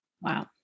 Wow